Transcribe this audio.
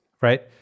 right